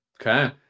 Okay